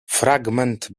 fragment